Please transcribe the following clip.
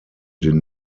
den